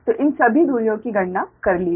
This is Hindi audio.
तो इन सभी दूरियों की गणना कर ली गई है